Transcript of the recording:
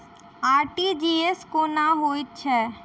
RTGS कोना होइत छै?